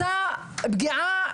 ופוגעת פגיעה